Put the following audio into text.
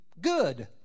good